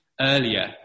earlier